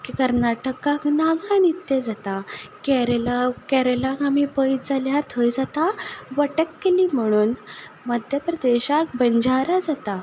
कर्नाटकाक नागा नृत्य जाता केरलाक केरलाक आमी पयत जाल्यार थंय जाता वट्टकली म्हणून मध्य प्रदेशाक बंजारा जाता